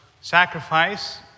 sacrifice